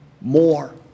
more